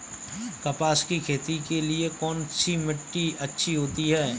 कपास की खेती के लिए कौन सी मिट्टी अच्छी होती है?